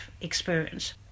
experience